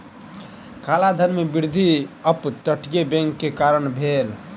काला धन में वृद्धि अप तटीय बैंक के कारणें भेल